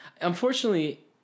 Unfortunately